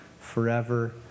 forever